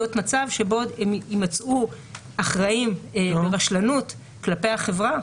מצב שבו יהיו אחראים לרשלנות כלפי החברה,